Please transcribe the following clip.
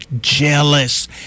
jealous